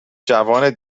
جوان